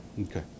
Okay